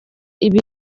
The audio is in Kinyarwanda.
ibi